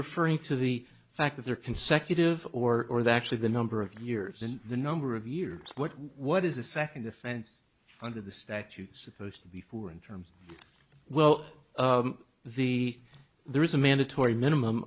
referring to the fact that there consecutive or or the actually the number of years in the number of years what is the second offense under the statute supposed to be four in terms of well the there is a mandatory minimum